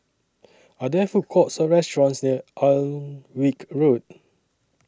Are There Food Courts Or restaurants near Alnwick Road